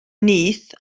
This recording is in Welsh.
nyth